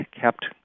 kept